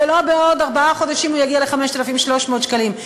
ולא שבעוד ארבעה חודשים הוא יגיע ל-5,300 שקלים.